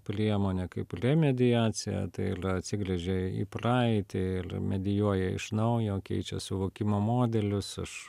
priemonė kaip remediacija tai ylia atsigręžia į praeitį ir medijuoja iš naujo keičia suvokimo modelius iš